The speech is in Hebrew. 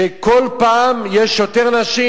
כל פעם יותר נשים.